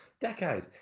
decade